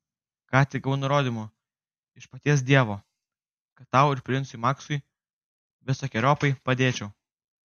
ką tik gavau nurodymų iš paties dievo kad tau ir princui maksui visokeriopai padėčiau